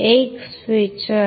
एक स्विच आहे